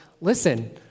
listen